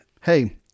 Hey